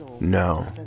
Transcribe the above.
No